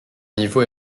niveau